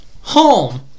home